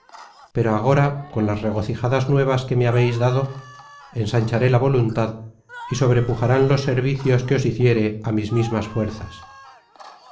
pero agora con las regocijadas nuevas que me habeis dado ensancharé la voluntad y sobrepujarán los servicios que os hiciere á mis mismas fuerzas